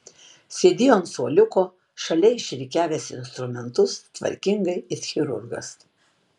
sėdėjo ant suoliuko šalia išrikiavęs instrumentus tvarkingai it chirurgas